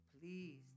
please